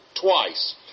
Twice